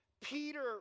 Peter